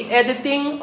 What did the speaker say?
editing